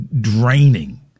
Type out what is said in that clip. draining